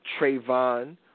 Trayvon